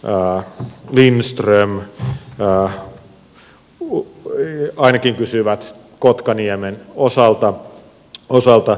au viinistä torniainen ja lindström ainakin kysyivät kotkaniemen osalta